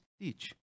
teach